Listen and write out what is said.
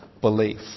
belief